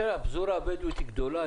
הפזורה הבדואית היא גדולה,